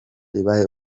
ibahe